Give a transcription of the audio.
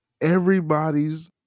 everybody's